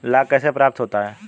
लाख कैसे प्राप्त होता है?